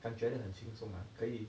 感觉得很轻松 ah 可以